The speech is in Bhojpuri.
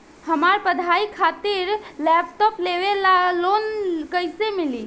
हमार पढ़ाई खातिर लैपटाप लेवे ला लोन कैसे मिली?